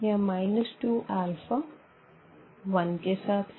यहाँ minus 2 alpha 1 के साथ है